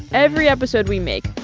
every episode we make,